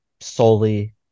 solely